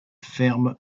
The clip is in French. ferme